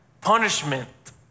punishment